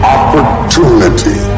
Opportunity